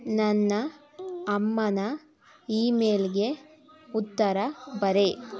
ನನ್ನ ಅಮ್ಮನ ಇಮೇಲ್ಗೆ ಉತ್ತರ ಬರೆ